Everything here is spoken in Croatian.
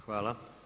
Hvala.